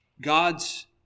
God's